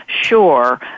sure